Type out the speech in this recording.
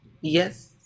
Yes